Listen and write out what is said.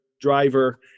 driver